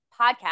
podcast